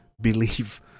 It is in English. believe